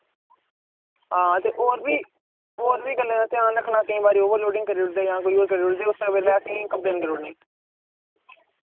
हां ते और बी और बी गल्लें दा ध्यान रक्खना केईं बारी ओवर लोडिंग करी ओड़दे जां कोई ओह् करी ओड़दे उस्सै बेल्लै असें कम्प्लेन करी ओड़नी